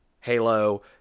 Halo